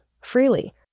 freely